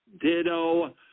Ditto